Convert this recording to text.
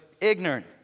ignorant